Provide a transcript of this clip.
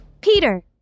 Peter